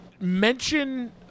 mention